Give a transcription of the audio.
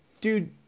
Dude